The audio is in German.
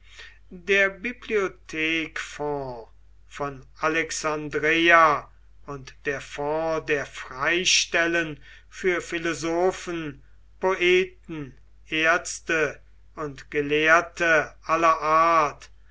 der bibliothekfonds von alexandreia und der fonds der freistellen für philosophen poeten ärzte und ge lehrte aller art